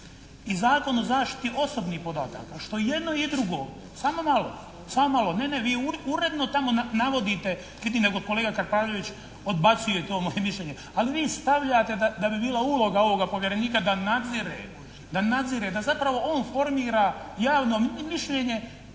i Zakon o zaštiti osobnih podataka što jedno i drugo, samo malo. Ne, vi uredno tamo navodite …/Govornik se ne razumije./… kolega Kapraljević odbacuje to moje mišljenje. Ali vi stavljate da bi bila uloga ovoga povjerenika da nadzire, da zapravo on formira javno mišljenje